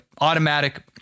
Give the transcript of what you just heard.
automatic